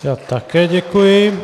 Já také děkuji.